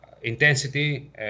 Intensity